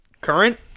current